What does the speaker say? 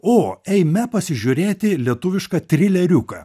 o eime pasižiūrėti lietuvišką trileriuką